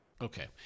Okay